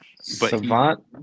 Savant